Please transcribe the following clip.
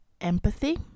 empathy